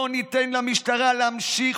לא ניתן למשטרה להמשיך